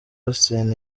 austin